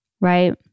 right